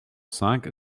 cinq